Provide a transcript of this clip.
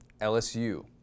LSU